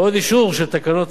בעוד אישור של תקנון